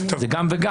זה גם וגם.